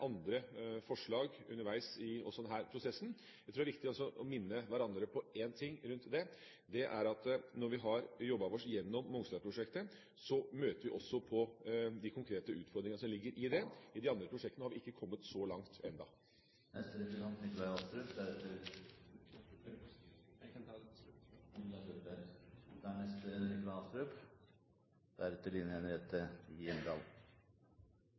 andre forslag underveis også i denne prosessen. Jeg tror det er viktig å minne hverandre på én ting rundt dette – det er at når vi har jobbet oss gjennom Mongstad-prosjektet, møter vi også de konkrete utfordringene som ligger i det. I de andre prosjektene har vi ikke kommet så langt